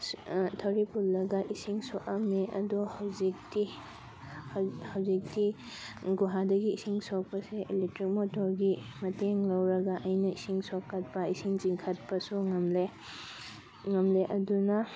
ꯊꯧꯔꯤ ꯄꯨꯜꯂꯒ ꯏꯁꯤꯡ ꯁꯣꯛꯑꯝꯃꯤ ꯑꯗꯣ ꯍꯧꯖꯤꯛꯇꯤ ꯍꯧꯖꯤꯛꯇꯤ ꯒꯨꯍꯥꯗꯒꯤ ꯏꯁꯤꯡ ꯁꯣꯛꯄꯁꯦ ꯑꯦꯂꯦꯛꯇ꯭ꯔꯤꯛ ꯃꯣꯇꯣꯔꯒꯤ ꯃꯇꯦꯡ ꯂꯧꯔꯒ ꯑꯩꯅ ꯏꯁꯤꯡ ꯁꯣꯀꯠꯄ ꯏꯁꯤꯡ ꯆꯤꯡꯈꯠꯄꯁꯨ ꯉꯝꯂꯦ ꯉꯝꯂꯦ ꯑꯗꯨꯅ